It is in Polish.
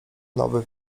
nowy